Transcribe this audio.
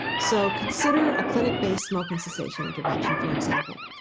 so consider a clinic-based smoking cessation intervention, for example.